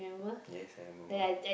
yes I remember